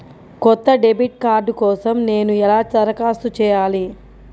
కొత్త debit card కోసం నేను ఎలా దరఖాస్తు చేయాలి?